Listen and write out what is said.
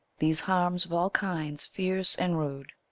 these harms of all kinds fierce and rude,